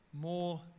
More